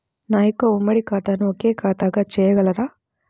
నా యొక్క ఉమ్మడి ఖాతాను ఒకే ఖాతాగా చేయగలరా?